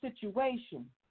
situation